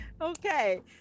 Okay